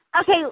Okay